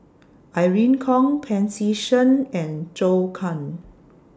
Irene Khong Pancy Seng and Zhou Can